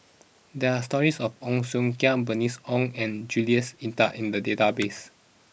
there are stories about Ong Siong Kai Bernice Ong and Jules Itier in the database